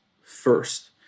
first